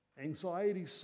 anxiety